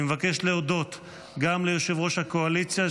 אני מבקש להודות גם ליושב-ראש הקואליציה,